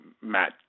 Matt